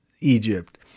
Egypt